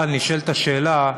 אבל נשאלת השאלה,